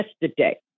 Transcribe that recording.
yesterday